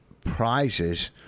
Prizes